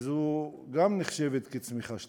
וגם זו נחשבת צמיחה שלילית.